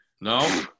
No